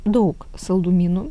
daug saldumynų